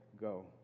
go